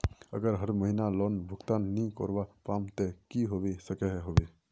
अगर हर महीना लोन भुगतान नी करवा पाम ते की होबे सकोहो होबे?